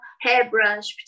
hairbrush